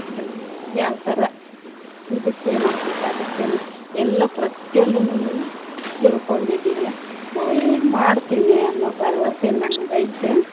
ಯಾವ ಥರ ಇದಕ್ಕೇನು ಹಾಕ್ಬೇಕು ಅದಕ್ಕೇನು ಎಲ್ಲ ಪ್ರತಿಯೊಂದನ್ನೂ ತಿಳ್ಕೊಂಡಿದ್ದೀನಿ ಈಗ ಮಾಡ್ತೀನಿ ಅನ್ನೋ ಭರವಸೆ ನನಗೈತೆ